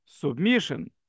submission